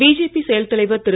BJP செயல்தலைவர் திரு